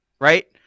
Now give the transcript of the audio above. right